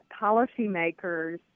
policymakers